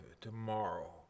tomorrow